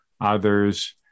others